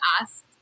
asked